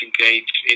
engaged